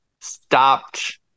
stopped